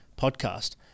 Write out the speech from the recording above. podcast